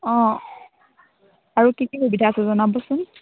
অঁ আৰু কি কি সুবিধা আছে জনাবচোন